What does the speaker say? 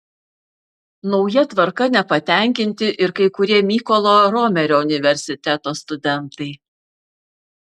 nauja tvarka nepatenkinti ir kai kurie mykolo romerio universiteto studentai